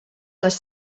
les